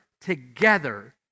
together